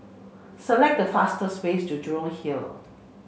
select the fastest way to Jurong Hill